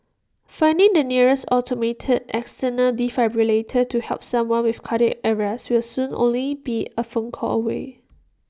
finding the nearest automated external defibrillator to help someone with cardiac arrest will soon only be A phone call away